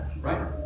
right